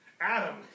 Adam